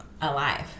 alive